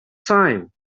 time